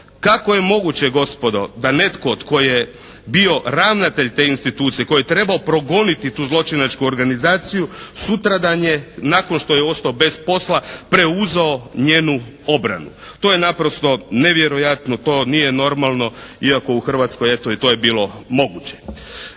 Kako je moguće gospodo da netko tko je bio ravnatelj te institucije, koji je trebao progoniti tu zločinačku organizaciju sutradan je nakon što je ostao bez posla preuzeo njenu obranu. To je naprosto nevjerojatno, to nije normalno iako u Hrvatskoj eto i to je bilo moguće.